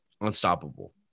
unstoppable